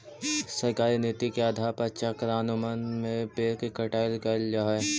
सरकारी नीति के आधार पर चक्रानुक्रम में पेड़ के कटाई कैल जा हई